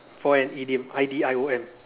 for an idiom I D I O M